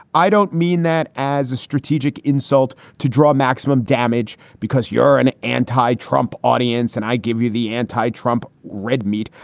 i don't mean that as a strategic insult to draw maximum damage because you're an anti-trump audience and i give you the anti-trump red meat.